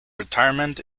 retirement